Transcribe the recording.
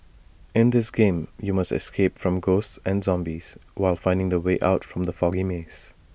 in this game you must escape from ghosts and zombies while finding the way out from the foggy maze